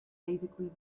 basically